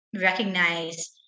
recognize